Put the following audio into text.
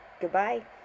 Goodbye